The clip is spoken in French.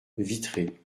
vitré